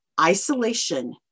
Isolation